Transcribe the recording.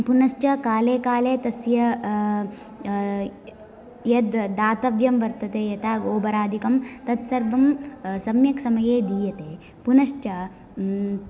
पुनश्च काले काले तस्य यद् दातव्यं वर्तते यथा गोबरादिकं तत् सर्वं सम्यक् समये दीयते पुनश्च